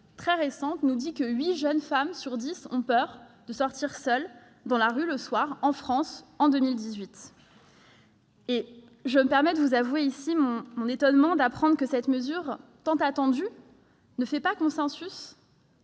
très récente de l'IFOP nous a appris que 8 jeunes femmes sur 10 ont peur de sortir seules dans la rue le soir, en France, en 2018 ... Et je me permets de vous avouer ici mon étonnement de constater que cette mesure tant attendue ne fait pas consensus,